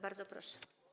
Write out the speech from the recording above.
Bardzo proszę.